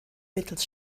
mittels